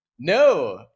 No